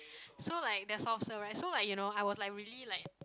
so like there's soft serve right so like you know I was like really like